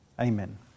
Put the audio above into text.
Amen